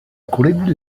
grid